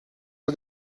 are